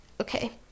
Okay